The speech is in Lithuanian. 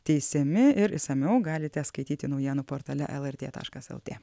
teisiami ir išsamiau galite skaityti naujienų portale lrt taškas lt